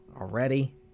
already